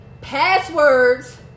Passwords